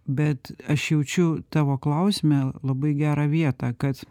bet aš jaučiu tavo klausime labai gerą vietą kad